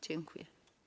Dziękuję.